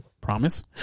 promise